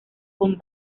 con